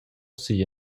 sigl